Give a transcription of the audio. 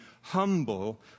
humble